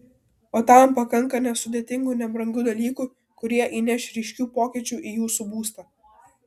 o tam pakanka nesudėtingų nebrangių dalykų kurie įneš ryškių pokyčių į jūsų būstą